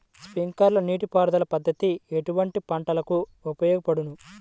Sprinkler నీటిపారుదల పద్దతి ఎటువంటి పంటలకు ఉపయోగపడును?